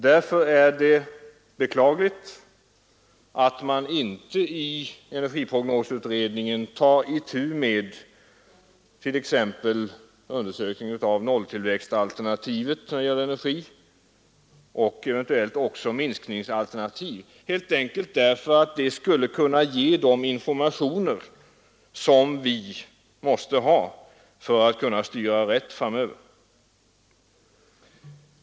Därför är det beklagligt att man inte i energiprognosutredningen tar itu med t.ex. undersökningen av nolltillväxtalternativet när det gäller energi och även något minskningsalternativ. Det skulle kunna ge de informationer som vi måste ha för att kunna styra rätt framöver.